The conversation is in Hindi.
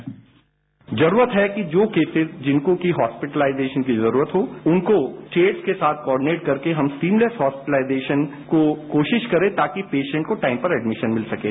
बाईट जरूरत है कि जो केस जिनको कि हॉस्पिटलाइजेशन की जरूरत हो उनको चेट्स के साथ कॉर्डिनेट करके हम सिमलेस हॉस्पिटलाइजेशन को कोशिश करें ताकि पेशेन्ट को टाइम पर एडमिशन मिल सकें